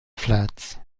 flats